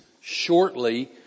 shortly